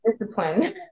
discipline